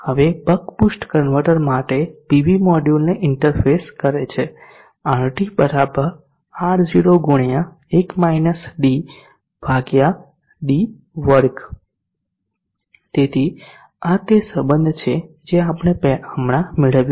હવે buck boost converter માટે PV મોડ્યુલને ઇન્ટરફેસ કરે છે R T R0 x 1 d d2 તેથી આ તે સંબધ છે જે આપણે હમણાં મેળવ્યું છે